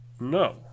No